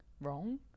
wrong